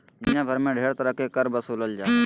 दुनिया भर मे ढेर तरह के कर बसूलल जा हय